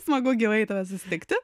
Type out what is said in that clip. smagu gyvai tave susitikti